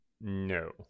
No